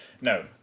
No